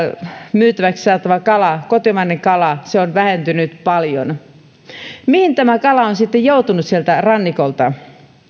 myytäväksi saatava kala kotimainen kala on vähentynyt paljon mihin tämä kala on sitten joutunut sieltä rannikolta